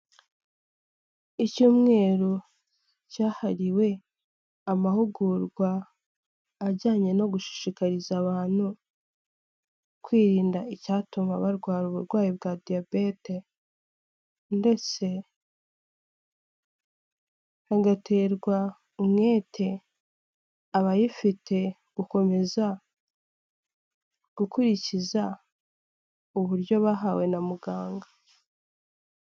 Icyumweru cyahariwe amahugurwa ajyanye no gushishikariza abantu kwirinda icyatuma barwara uburwayi bwa diyabete ndetse hagaterwa umwete abayifite gukomeza gukurikiza uburyo bahawe na muganga.